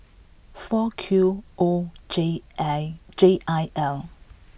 four Q O J A J I L